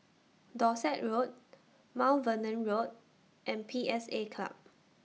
Dorset Road Mount Vernon Road and P S A Club